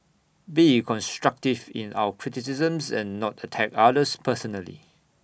be constructive in our criticisms and not attack others personally